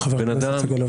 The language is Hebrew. חבר הכנסת סגלוביץ'.